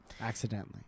Accidentally